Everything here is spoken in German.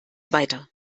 weiter